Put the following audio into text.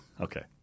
Okay